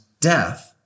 death